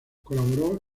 colaboró